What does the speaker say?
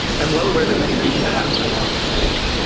i'm well aware that many people have. i just can't imagine it